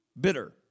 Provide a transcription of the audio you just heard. bitter